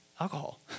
alcohol